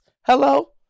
Hello